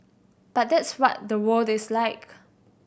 but that's what the world is like